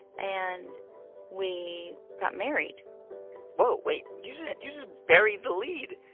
and we got married woah, wait. you just you just buried the lead